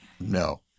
No